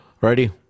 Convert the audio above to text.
Ready